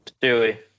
Stewie